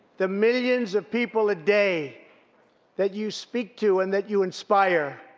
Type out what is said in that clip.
the millions of people a day that you speak to and that you inspire,